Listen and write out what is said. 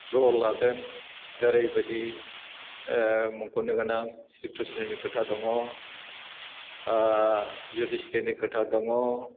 रल लादों जेरैबायदि मख'नो गोनां श्री कृष्ण ज्योतिष तीर्थ खोथा दङ